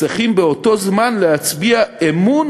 צריכים באותו זמן להצביע אמון